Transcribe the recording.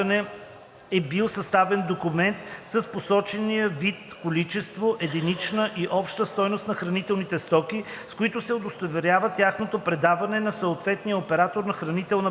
е бил съставен документ с посочения вид, количество, единична и обща стойност на хранителните стоки, с който се удостоверява тяхното предаване на съответния оператор на хранителна банка;“